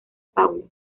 paulo